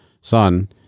son